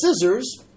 scissors